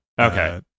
Okay